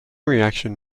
reaction